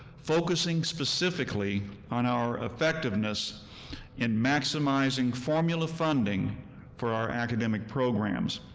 focusing specifically on our effectiveness in maximizing formula funding for our academic programs.